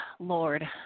Lord